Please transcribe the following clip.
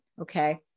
Okay